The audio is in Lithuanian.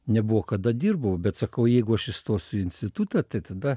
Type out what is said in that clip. nebuvo kada dirbau bet sakau jeigu aš įstosiuį institutą tai tada